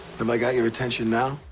um i got your attention now?